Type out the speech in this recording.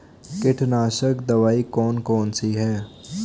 कीटनाशक दवाई कौन कौन सी हैं?